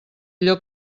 allò